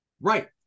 Right